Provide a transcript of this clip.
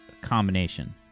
combination